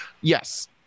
Yes